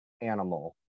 animal